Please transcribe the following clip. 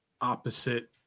opposite